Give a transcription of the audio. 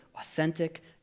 authentic